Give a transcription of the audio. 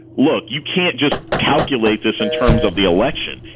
look, you can't just calculate this in terms of the election.